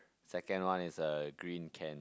second one is a green can